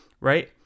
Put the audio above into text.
right